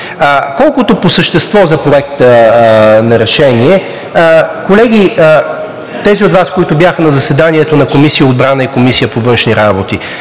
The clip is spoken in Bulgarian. право. По същество за Проекта на решение. Колеги, тези от Вас, които бяха на заседанието на Комисията по отбрана и Комисията по външни работи,